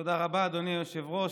תודה רבה, אדוני היושב-ראש.